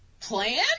Plan